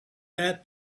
that